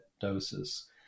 doses